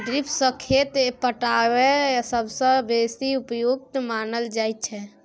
drip सँ खेत पटाएब सबसँ बेसी उपयुक्त मानल जाइ छै